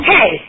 Hey